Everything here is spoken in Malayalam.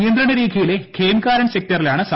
നിയന്ത്രണരേഖയിലെ ഖേംകാരൻ സെക്ടറിലാണ് സംഭവം